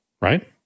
right